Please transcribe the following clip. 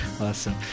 Awesome